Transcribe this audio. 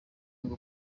ngo